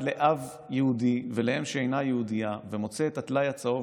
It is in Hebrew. לאב יהודי ולאם שאינה יהודייה ומוצא את הטלאי הצהוב